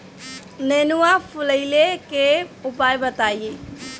नेनुआ फुलईले के उपाय बताईं?